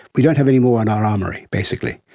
we don't have any more in our armoury, basically,